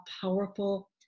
powerful